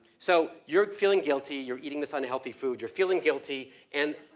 so your feeling guilty, you're eating this unhealthy food, you're feeling guilty and,